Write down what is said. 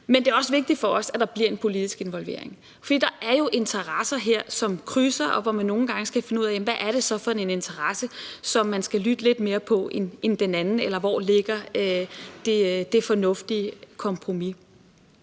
Men det er også vigtigt for os, at der bliver en politisk involvering, for der er jo interesser her, som krydser, og hvor man nogle gange skal finde ud af, hvis interesser man skal lytte lidt mere til end andres, eller hvor det fornuftige kompromis